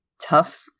tough